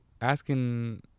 asking